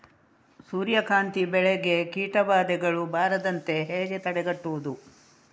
ಸೂರ್ಯಕಾಂತಿ ಬೆಳೆಗೆ ಕೀಟಬಾಧೆಗಳು ಬಾರದಂತೆ ಹೇಗೆ ತಡೆಗಟ್ಟುವುದು?